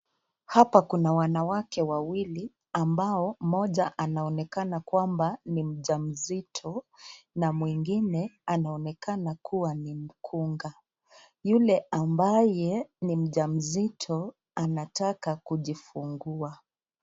Hapa kuna wanawake wawili, ambao moja anaonekana kwamba ni mjamzito na mwigine anaonekana kuwa ni mkunga. Yule ambaye ni mjamzito anataka kujifukua.